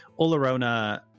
Olorona